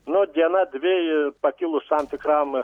nu diena dvi pakilus tam tikram